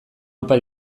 opa